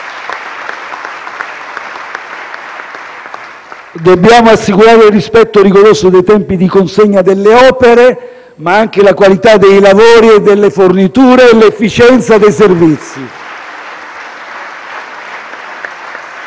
Dobbiamo assicurare il rispetto rigoroso dei tempi di consegna delle opere, ma anche la qualità dei lavori e delle forniture e l'efficienza dei servizi.